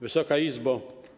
Wysoka Izbo!